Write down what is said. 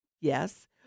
Yes